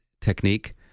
technique